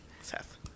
seth